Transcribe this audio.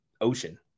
ocean